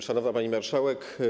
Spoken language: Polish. Szanowna Pani Marszałek!